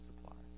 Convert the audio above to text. supplies